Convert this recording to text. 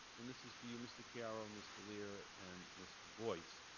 and this is for you, mr. chiaro, mr. leer, and mr. boyce.